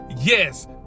Yes